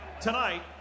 tonight